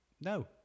No